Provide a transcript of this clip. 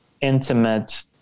intimate